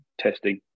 testing